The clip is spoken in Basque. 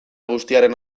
guztiaren